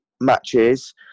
matches